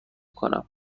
کنم